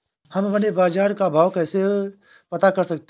हम अपने बाजार का भाव कैसे पता कर सकते है?